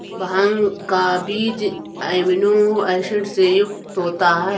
भांग का बीज amino acid से युक्त होता है